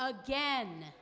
again